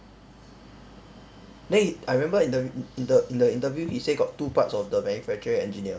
then he I remember in the in the in the interview he say got two parts of the manufacturing engineer